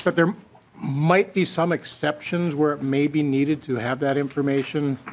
but there might be some exception were maybe needed to have that information.